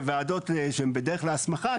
לוועדות שהן בדרך להסמכה,